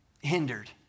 hindered